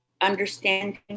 understanding